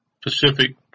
Pacific